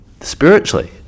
spiritually